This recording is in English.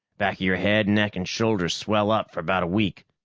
back of your head, neck and shoulders swell up for about a week.